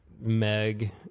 Meg